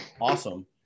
awesome